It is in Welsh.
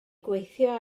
gweithio